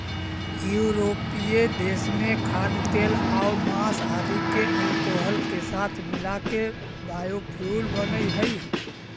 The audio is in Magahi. यूरोपीय देश में खाद्यतेलआउ माँस आदि के अल्कोहल के साथ मिलाके बायोफ्यूल बनऽ हई